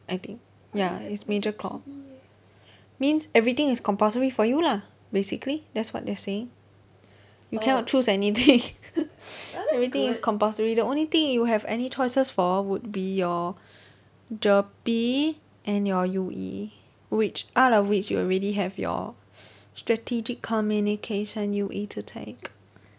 I think ya is major core means everything is compulsory for you lah basically that's what they are saying you cannot choose anything everything is compulsory the only thing you have any choices for would be your GERPE and your U_E which are out of which you already have your strategic communication U_E to take